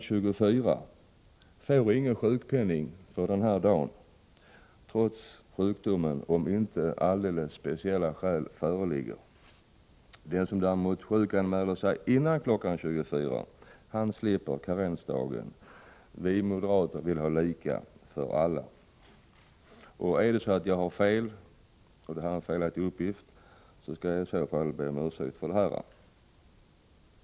24 får ingen sjukpenning för denna dag — trots sjukdomen — om inte alldeles speciella skäl föreligger. Den som däremot sjukanmäler sig före kl. 24 slipper karensdag. Vi moderater vill här att det skall vara lika för alla. — Är det så att detta är en felaktig uppgift, skall jag be om ursäkt.